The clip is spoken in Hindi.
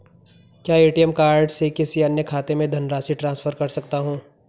क्या ए.टी.एम कार्ड से किसी अन्य खाते में धनराशि ट्रांसफर कर सकता हूँ?